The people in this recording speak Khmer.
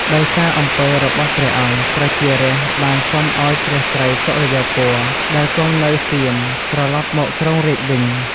ដោយសារអំពើរបស់ព្រះអង្គ ប្រជារាស្ត្របានសុំឱ្យព្រះស្រីសុរិយោពណ៌ ដែលគង់នៅសៀម ត្រឡប់មកគ្រងរាជ្យវិញ។